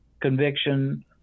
conviction